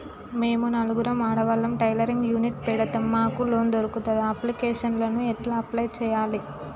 మేము నలుగురం ఆడవాళ్ళం టైలరింగ్ యూనిట్ పెడతం మాకు లోన్ దొర్కుతదా? అప్లికేషన్లను ఎట్ల అప్లయ్ చేయాలే?